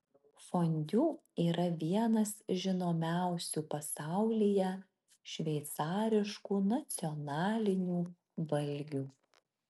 fondiu yra vienas žinomiausių pasaulyje šveicariškų nacionalinių valgių